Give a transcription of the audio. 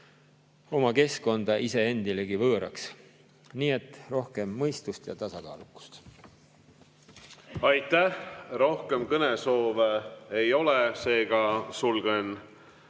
oma keskkonda iseendilegi võõraks. Rohkem mõistust ja tasakaalukust! Aitäh! Rohkem kõnesoove ei ole, seega sulgen